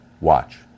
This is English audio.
Watch